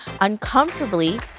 uncomfortably